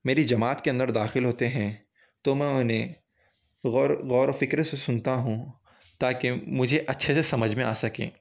میری جماعت کے اندر داخل ہوتے ہیں تو میں اُنہیں غور غور و فِکر سے سُنتا ہوں تاکہ مجھے اچھے سے سمجھ میں آ سکیں